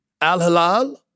Al-Halal